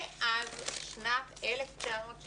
מאז שנת 1975